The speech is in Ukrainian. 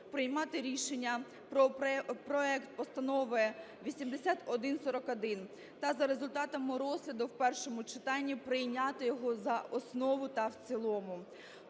приймати рішення про проект Постанови 8141 та результатами розгляду в першому читанні прийняти його за основу та в цілому.